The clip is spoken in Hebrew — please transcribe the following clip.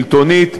שלטונית,